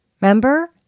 Remember